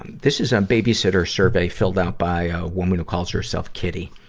and this is a babysitter survey filled out by a woman who calls herself kitty.